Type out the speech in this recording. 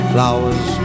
Flowers